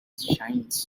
shines